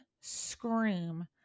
scream